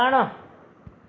वणु